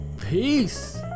Peace